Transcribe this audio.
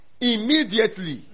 Immediately